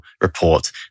report